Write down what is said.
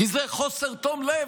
כי זה חוסר תום לב,